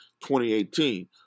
2018